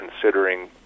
considering